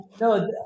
No